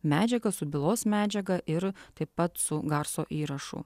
medžiaga su bylos medžiaga ir taip pat su garso įrašu